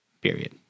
period